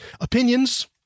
opinions